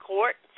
Court